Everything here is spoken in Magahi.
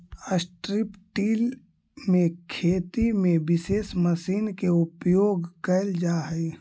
स्ट्रिप् टिल में खेती में विशेष मशीन के उपयोग कैल जा हई